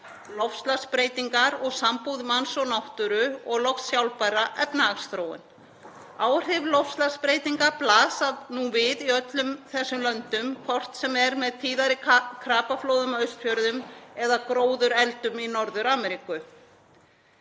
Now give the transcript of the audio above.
loftslagsbreytingar og sambúð manns og náttúru og loks sjálfbæra efnahagsþróun. Áhrif loftslagsbreytinga blasa nú við í öllum þessum löndum, hvort sem er með tíðari krapaflóðum á Austfjörðum eða gróðureldum í Norður-Ameríku.